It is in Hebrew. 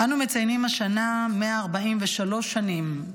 אנו מציינים השנה 143 שנים,